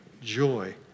Joy